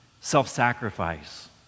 self-sacrifice